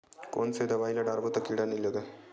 कोन से दवाई ल डारबो त कीड़ा नहीं लगय?